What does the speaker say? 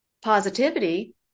positivity